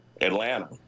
Atlanta